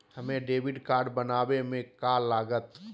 हमें debit card बनाने में का लागत?